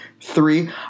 Three